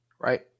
Right